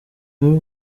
muri